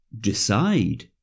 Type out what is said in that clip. Decide